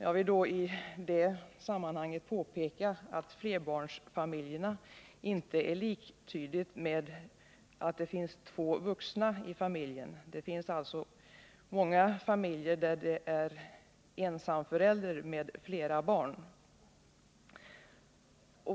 Jag vill då i det sammanhanget påpeka att flerbarnsfamilj inte är liktydigt med att det finns två vuxna i familjen. Det finns många familjer med ensamföräldrar och flera barn.